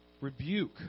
Rebuke